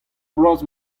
bloaz